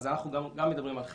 אנחנו מדברים גם על חצי.